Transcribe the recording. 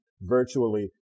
virtually